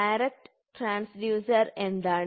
direct transducer എന്താണ്